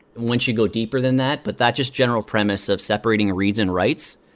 once you go deeper than that, but that's just general premise of separating reads and writes,